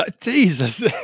Jesus